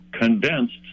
condensed